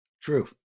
True